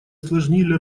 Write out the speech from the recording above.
осложнили